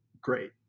great